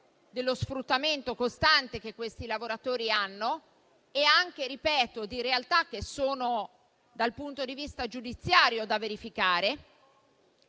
dello sfruttamento costante che questi lavoratori subiscono e anche di realtà che sono, dal punto di vista giudiziario, da verificare.